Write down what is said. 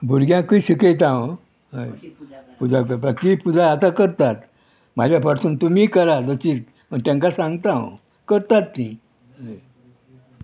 भुरग्यांकूय शिकयता हांव पुजा करपाक ती पुजा आतां करतात म्हाज्या पाठसून तुमी करा जशी तेंकां सांगता हांव करतात तीं हय